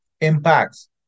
impacts